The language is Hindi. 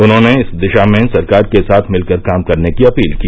उन्होंने इस दिशा में सरकार के साथ मिलकर काम करने की अपील की